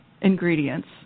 ingredients